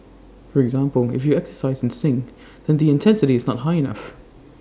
for example if you exercise and sing then the intensity is not high enough